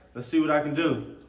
see what i can do.